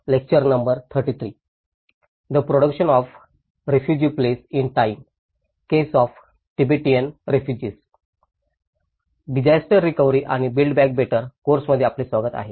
disaster recovery आणि build back better course मध्ये आपले स्वागत आहे